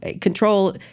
Control